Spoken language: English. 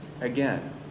again